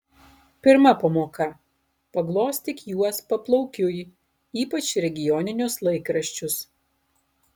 pirma pamoka paglostyk juos paplaukiui ypač regioninius laikraščius